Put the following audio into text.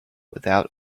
without